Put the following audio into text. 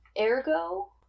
Ergo